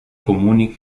comuni